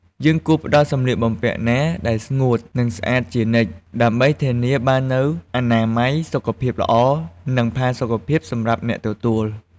យើងគួរផ្ដល់សម្លៀកបំពាក់ណាដែលស្ងួត និងស្អាតជានិច្ច ដើម្បីធានាបាននូវអនាម័យ សុខភាពល្អ និងផាសុកភាពសម្រាប់អ្នកទទួល។